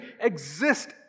exist